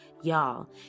y'all